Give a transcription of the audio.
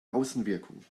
außenwirkung